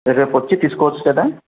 రేపు వచ్చి తీసుకోవచ్చు కదా